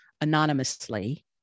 anonymously